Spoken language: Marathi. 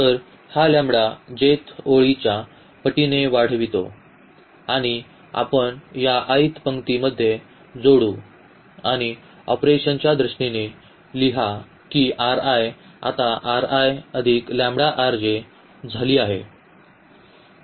तर हा लँबडा ओळीच्या पटीने वाढविते आणि आपण याला पंक्तीमध्ये जोडू आणि ऑपरेशनच्या दृष्टीने लिहा की आता झाली आहे